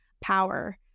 power